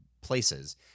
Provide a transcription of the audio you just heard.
places